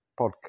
podcast